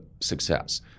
success